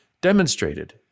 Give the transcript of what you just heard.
demonstrated